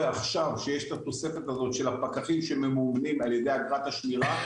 עכשיו כשיש את התוספת הזאת של הפקחים שממומנים על ידי אגרת השמירה?